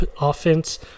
offense